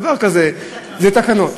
דבר כזה, זה בתקנות.